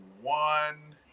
one